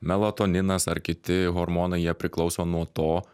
melatoninas ar kiti hormonai jie priklauso nuo to